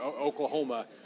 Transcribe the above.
Oklahoma